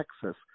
Texas